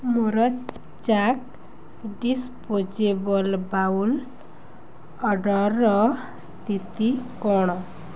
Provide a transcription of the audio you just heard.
ମୋର ଚାକ୍ disposable bowl ଅର୍ଡ଼ର୍ର ସ୍ଥିତି କ'ଣ